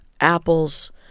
apples